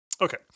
Okay